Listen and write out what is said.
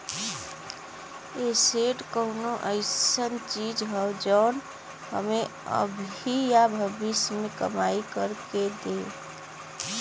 asset कउनो अइसन चीज हौ जौन हमें अभी या भविष्य में कमाई कर के दे